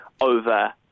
over